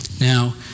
Now